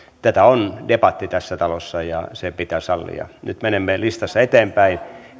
tätä on debatti tässä talossa ja se pitää sallia nyt menemme listassa eteenpäin